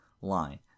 line